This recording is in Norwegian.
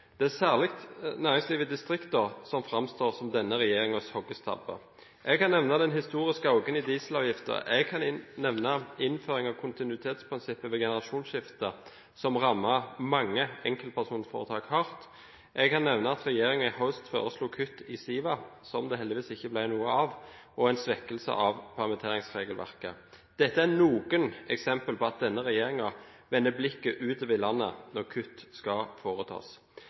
Det er særlig næringslivet i distriktene som framstår som denne regjeringens hoggestabbe. Jeg kan nevne: den historiske økningen i dieselavgiften innføring av kontinuitetsprinsippet ved generasjonsskifter – som rammer mange enkeltpersonforetak hardt at regjeringen i høst foreslo kutt i SIVA, som det heldigvis ikke ble noe av en svekkelse av permitteringsregelverket Dette er noen eksempler på at denne regjeringen vender blikket utover i landet når kutt skal foretas.